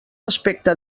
aspecte